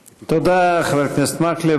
תודה, חבר הכנסת מקלב.